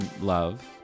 love